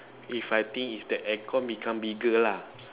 if I think if the aircon became bigger lah